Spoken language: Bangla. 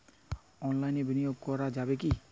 অনলাইনে বিনিয়োগ করা যাবে কি?